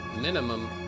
minimum